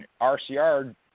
RCR